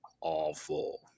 awful